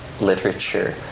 literature